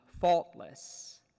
faultless